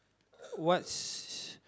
what's